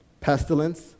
pestilence